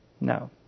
No